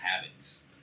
habits